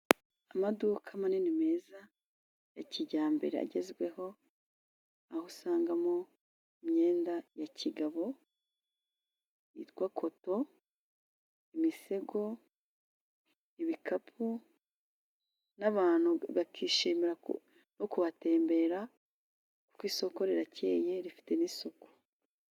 Amaduka manini meza ya kijyambere agezweho aho usanga mo imyenda ya kigabo yitwa coto, imisego, ibikapu, n'abantu bakishimira no kuhatembera kuko isoko rirakeye rifite n'isuku.